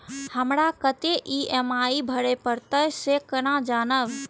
हमरा कतेक ई.एम.आई भरें परतें से केना जानब?